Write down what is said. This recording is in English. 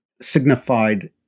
signified